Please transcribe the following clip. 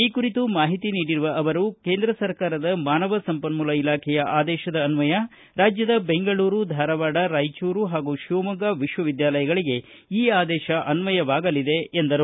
ಈ ಕುರಿತು ಮಾಹಿತಿ ನೀಡಿರುವ ಅವರು ಕೇಂದ್ರ ಸರ್ಕಾರದ ಮಾನವ ಸಂಪನ್ನೂಲ ಇಲಾಖೆಯ ಆದೇತದ ಅನ್ವಯ ರಾಜ್ಯದ ಬೆಂಗಳೂರು ಧಾರವಾಡ ರಾಯಚೂರು ಹಾಗೂ ಶಿವಮೊಗ್ಗ ವಿಶ್ವವಿದ್ಯಾಲಯಗಳಿಗೆ ಈ ಆದೇಶ ಅನ್ವಯವಾಗಲಿದೆ ಎಂದರು